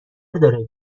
داره